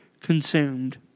consumed